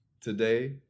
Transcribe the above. today